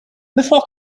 before